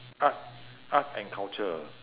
arts arts and culture